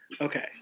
Okay